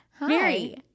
Mary